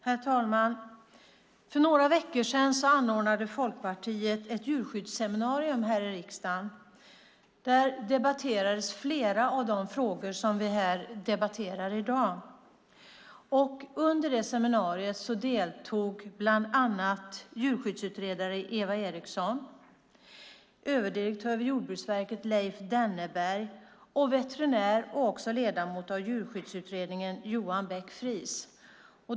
Herr talman! För några veckor sedan anordnade Folkpartiet ett djurskyddsseminarium här i riksdagen. Där debatterades flera av de frågor som vi här debatterar i dag. Under seminariet deltog bland annat djurskyddsutredare Eva Eriksson, överdirektören vid Jordbruksverket Leif Denneberg och veterinär och också ledamot av Djurskyddsutredningen Johan Beck-Friis.